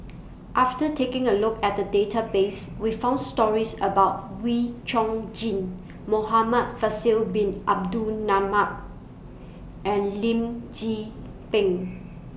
after taking A Look At The Database We found stories about Wee Chong Jin Muhamad Faisal Bin Abdul Manap and Lim Tze Peng